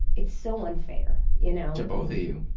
it's so unfair, you know. to both of you.